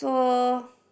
so